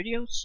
videos